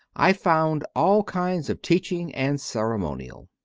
i found all kinds of teaching and ceremonial.